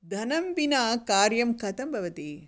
धनं विना कार्यं कथं भवति